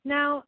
Now